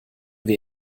wir